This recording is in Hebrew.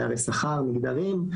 פערי שכר מגדריים,